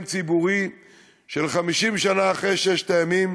ציבורי של "50 שנה אחרי ששת הימים,